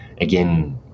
Again